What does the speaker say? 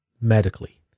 medically